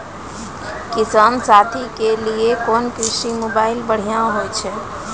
किसान साथी के लिए कोन कृषि मोबाइल बढ़िया होय छै?